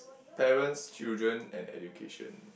parents children and education